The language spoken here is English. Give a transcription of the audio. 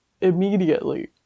immediately